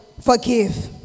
forgive